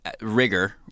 rigor